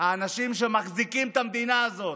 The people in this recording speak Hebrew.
האנשים שמחזיקים את המדינה הזאת,